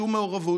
שום מעורבות.